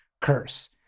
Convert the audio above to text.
Curse